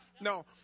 No